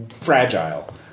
fragile